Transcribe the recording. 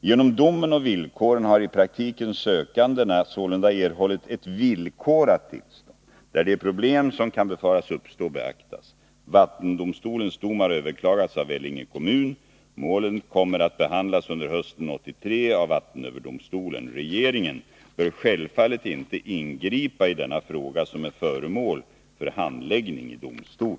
Genom domen och villkoren har i praktiken sökandena sålunda erhållit ett villkorat tillstånd där de problem som kan befaras uppstå beaktas. Vattendomstolens dom har överklagats av Vellinge kommun. Målet kommer att behandlas under hösten 1983 av vattenöverdomstolen. Regeringen bör självfallet inte ingripa i denna fråga, som är föremål för handläggning i domstol.